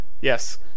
Yes